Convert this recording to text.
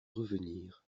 revenir